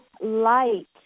light